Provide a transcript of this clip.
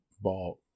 bought